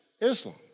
Islam